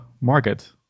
market